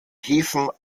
häfen